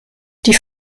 die